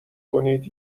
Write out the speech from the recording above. کنید